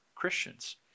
Christians